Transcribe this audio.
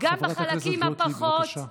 גם בחלקים הפחות,